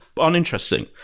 Uninteresting